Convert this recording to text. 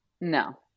no